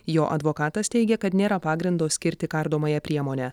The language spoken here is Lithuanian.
jo advokatas teigia kad nėra pagrindo skirti kardomąją priemonę